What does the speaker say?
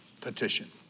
Petition